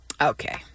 Okay